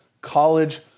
college